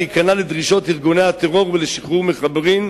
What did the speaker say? להיכנע לדרישות ארגוני הטרור ולשחרר מחבלים,